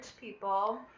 people